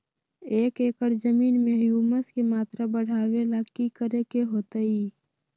एक एकड़ जमीन में ह्यूमस के मात्रा बढ़ावे ला की करे के होतई?